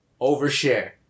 overshare